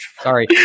Sorry